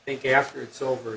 think after it's over